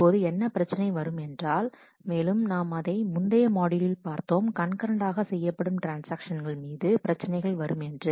இப்பொழுது என்ன பிரச்சனை வரும் என்றால் மேலும் நாம் அதை முந்தைய மாட்யூலில் பார்த்தோம் கண்கரண்ட் ஆக செய்யப்படும் ட்ரான்ஸ்ஆக்ஷன்கள் மீது பிரச்சனைகள் வரும் என்று